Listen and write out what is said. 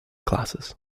classes